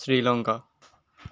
Sri Lanka